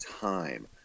time